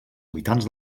habitants